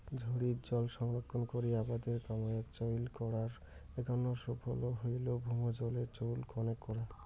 ঝড়ির জল সংরক্ষণ করি আবাদের কামাইয়ত চইল করার এ্যাকনা সুফল হইল ভৌমজলের চইল কণেক করা